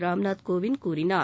ராம்நாத் கோவிந்த் கூறினார்